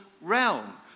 realm